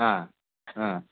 ꯑꯥ ꯑꯥ